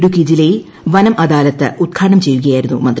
ഇടുക്കി ജില്ലയിൽ വനം അദാലത്ത് ഉദ്ഘാടനം ചെയ്യുകയായിരുന്നു മിന്തി